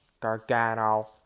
Gargano